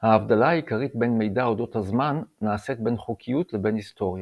ההבדלה העיקרית בין מידע אודות הזמן נעשית בין חוקיות לבין היסטוריה.